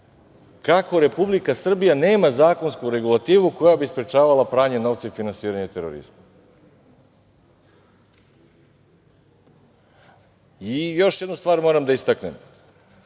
kako Republika Srbija nema zakonsku regulativu koja bi sprečavala pranje novca i finansiranje terorizma. Još jednu stvar moram da istaknem.